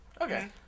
Okay